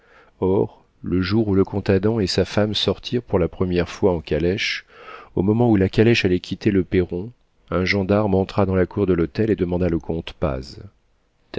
or le jour où le comte adam et sa femme sortirent pour la première fois en calèche au moment où la calèche allait quitter le perron un gendarme entra dans la cour de l'hôtel et demanda le comte